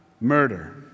murder